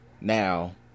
now